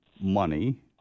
money